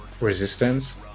resistance